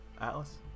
Atlas